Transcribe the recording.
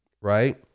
right